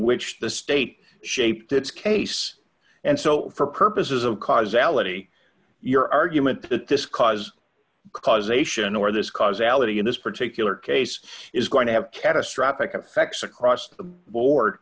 which the state shaped its case and so for purposes of causality your argument that this cause causation or this cause ality in this particular case is going to have catastrophic effects across the board